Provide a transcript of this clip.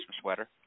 sweater